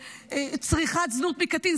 צריכת זנות מקטין.